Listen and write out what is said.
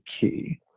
key